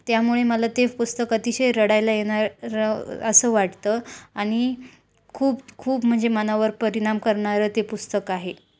त्यामुळे मला ते पुस्तक अतिशय रडायला येणार रं असं वाटतं आणि खूप खूप म्हणजे मनावर परिणाम करणारं ते पुस्तक आहे